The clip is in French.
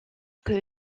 que